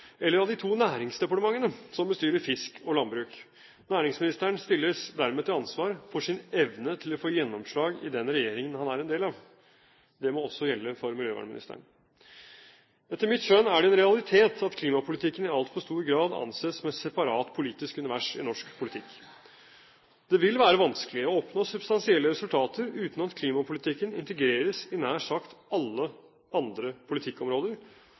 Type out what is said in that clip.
eller av de to næringsdepartementene som bestyrer fisk og landbruk. Næringsministeren stilles dermed til ansvar for sin evne til å få gjennomslag i den regjeringen han er en del av. Det må også gjelde for miljøvernministeren. Etter mitt skjønn er det en realitet at klimapolitikken i altfor stor grad anses som et separat politisk univers i norsk politikk. Det vil være vanskelig å oppnå substansielle resultater uten at klimapolitikken integreres i nær sagt alle andre politikkområder,